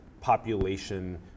population